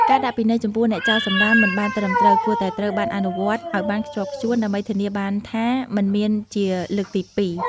ការដាក់ពិន័យចំពោះអ្នកចោលសំរាមមិនបានត្រឹមត្រូវ គួរតែត្រូវបានអនុវត្តឲ្យបានខ្ជាប់ខ្ជួន ដើម្បីធានាបានថាមិនមានជាលើកទីពីរ។